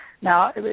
Now